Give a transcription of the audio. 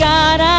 God